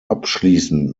abschließend